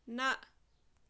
نہَ